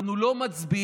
אנחנו לא מצביעים,